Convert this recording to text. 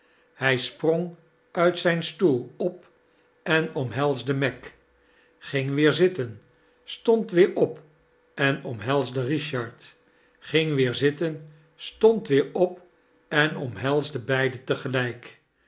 hij sprong uit zijn stoel op en omhelsde meg ging weer zitten stond weer op en omhelsde richard ging weer zitten stond weer op en omhelsde beiden